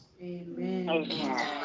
Amen